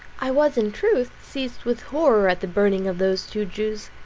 i was in truth seized with horror at the burning of those two jews,